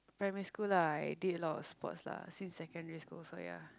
primary school lah I did a lot of sports lah since secondary school also ya